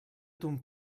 ton